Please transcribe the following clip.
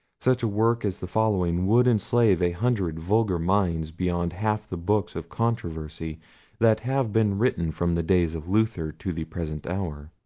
such a work as the following would enslave a hundred vulgar minds beyond half the books of controversy that have been written from the days of luther to the present hour.